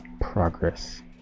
progress